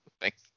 thanks